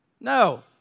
No